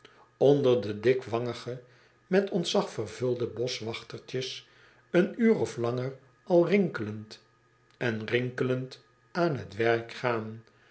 onder de dikwangige met ontzag vervulde boschwachtertjes een uur of langer al rinkelend en rinkelend aan t werk gaan